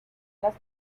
las